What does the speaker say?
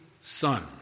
son